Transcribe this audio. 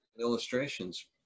illustrations